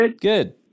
good